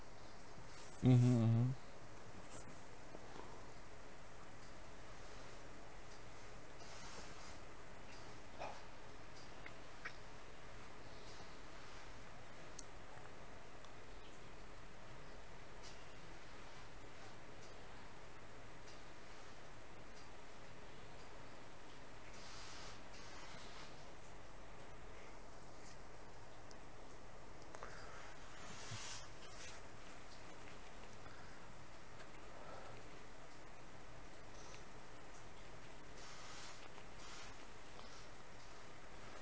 mmhmm mmhmm